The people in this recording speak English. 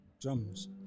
Drums